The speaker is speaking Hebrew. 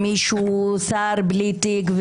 מישהו שר בלי תיק,